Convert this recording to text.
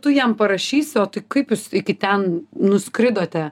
tu jam parašysi o tai kaip jūs iki ten nuskridote